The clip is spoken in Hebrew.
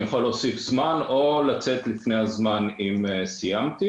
אבל אני יכול להוסיף זמן או לצאת לפני הזמן אם סיימתי.